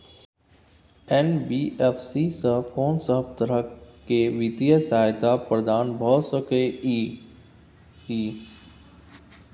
NBFC स कोन सब तरह के वित्तीय सहायता प्रदान भ सके इ? इ